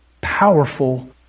powerful